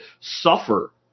suffer